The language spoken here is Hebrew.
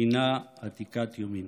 היא עתיקת יומין.